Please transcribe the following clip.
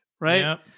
right